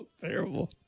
terrible